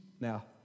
now